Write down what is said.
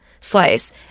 Slice